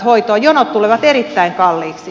jonot tulevat erittäin kalliiksi